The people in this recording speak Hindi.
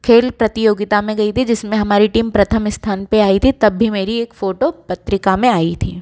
खेल प्रतियोगिता में गई थी जिसमें हमारी टीम प्रथम स्थान पे आई थी तब भी मेरी एक फोटो पत्रिका में आई थी